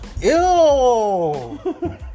Ew